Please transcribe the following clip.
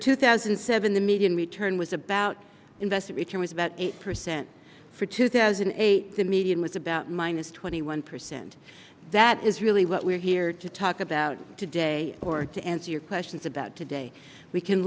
two thousand and seven the median return was about investiture was about eight percent for two thousand eight the median was about minus twenty one percent that is really what we're here to talk about today or to answer your questions about today we can